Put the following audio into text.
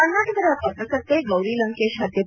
ಕರ್ನಾಟಕದ ಪತ್ರಕರ್ತೆ ಗೌರಿ ಲಂಕೇಶ್ ಹತ್ಯೆ